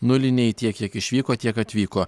nuliniai tiek kiek išvyko tiek atvyko